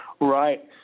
right